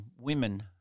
women